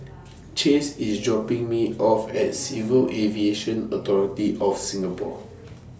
Chase IS dropping Me off At Civil Aviation Authority of Singapore